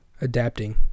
Adapting